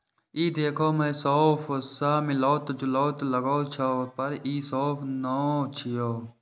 ई देखै मे सौंफ सं मिलैत जुलैत लागै छै, पर ई सौंफ नै छियै